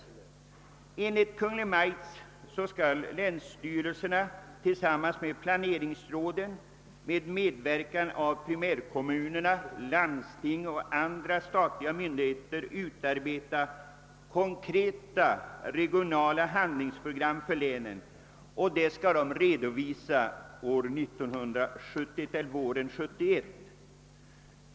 Enligt Kungl. Maj:t skall länsstyrelserna tillsammans med planeringsråden med medverkan av primärkommunerna, landsting och andra statliga myndigheter utarbeta konkreta regionala handlingsprogram för länen, och dessa skall redovisas våren 1971.